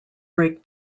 break